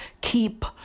keep